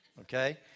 Okay